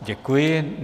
Děkuji.